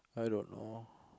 I don't know